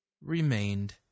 remained